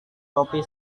topi